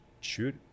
shoot